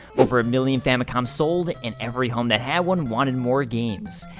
over a million famicoms sold, and every home that had one wanted more games.